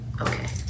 okay